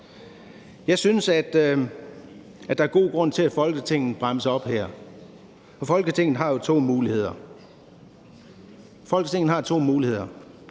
Jeg synes, at der er god grund til, at Folketinget bremser op her. Og Folketinget har jo to muligheder. Man kan sende